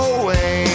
away